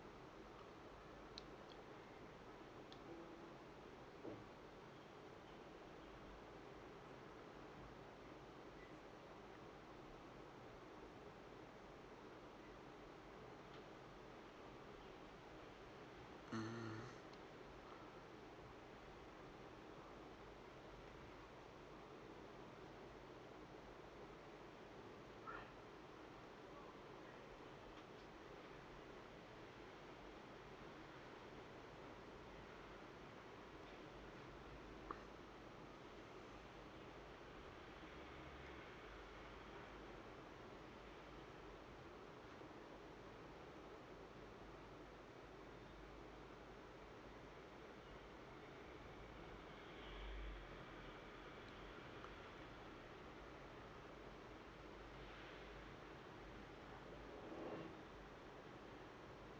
mm